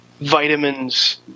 vitamins